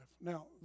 Now